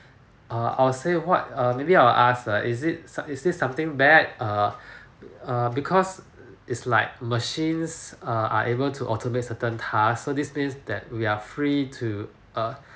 err I'll say what uh maybe I will ask uh is it is it something bad err err because is like machines err are able to automate certain task so this means that we are free to err